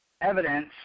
evidence